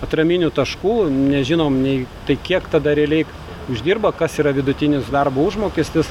atraminių taškų nežinom nei tai kiek tada realiai uždirba kas yra vidutinis darbo užmokestis